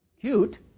Cute